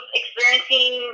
experiencing